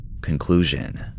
Conclusion